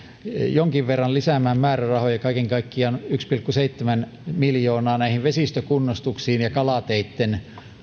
jonkin verran lisäämään määrärahoja kaiken kaikkiaan seitsemän miljoonaa näihin vesistökunnostuksiin ja kalateitten